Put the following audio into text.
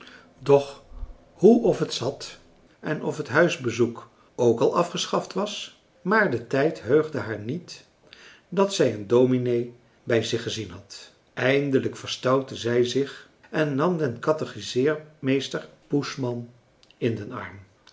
doch hoe of het zat en of het huisbezoek ook al afgeschaft was maar de tijd heugde haar niet dat zij een dominee bij zich gezien had eindelijk verstoutte zij zich en nam den catechiseermeester poesman in den arm